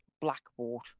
blackboard